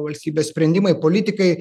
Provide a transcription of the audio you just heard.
valstybės sprendimai politikai